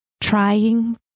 trying